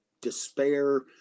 despair